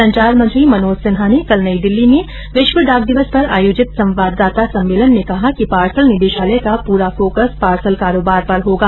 संचार मंत्री मनोज सिन्हा ने कल नई दिल्ली में विश्व डाक दिवस पर आयोजित संवाददाता सम्मेलन में कहा कि पार्सल निदेशालय का पूरा फोकस पार्सल कारोबार पर होगा